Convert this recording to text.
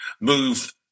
move